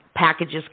Packages